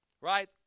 right